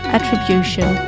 Attribution